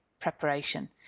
preparation